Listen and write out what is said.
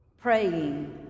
Praying